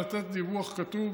לתת דיווח כתוב,